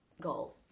goal